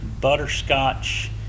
butterscotch